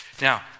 Now